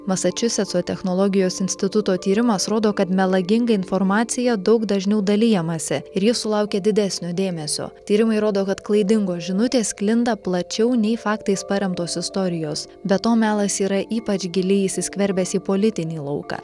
masačusetso technologijos instituto tyrimas rodo kad melaginga informacija daug dažniau dalijamasi ir ji sulaukia didesnio dėmesio tyrimai rodo kad klaidingos žinutės sklinda plačiau nei faktais paremtos istorijos be to melas yra ypač giliai įsiskverbęs į politinį lauką